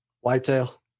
Whitetail